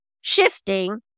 shifting